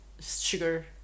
sugar